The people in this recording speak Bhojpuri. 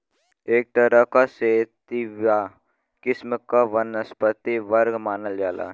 एक तरह क सेतिवा किस्म क वनस्पति वर्ग मानल जाला